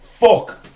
fuck